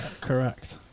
Correct